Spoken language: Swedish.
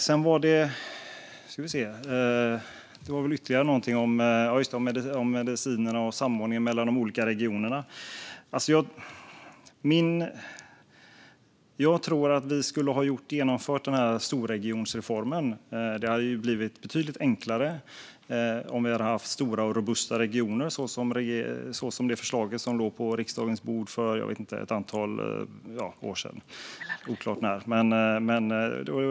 Sedan var det medicinerna och samordningen mellan de olika regionerna. Jag tror att vi borde ha genomfört storregionreformen. Det hade varit betydligt enklare om vi hade haft stora och robusta regioner, som i det förslag som låg på riksdagens bord för ett antal år sedan, oklart när.